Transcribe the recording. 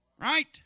Right